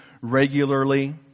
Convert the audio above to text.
regularly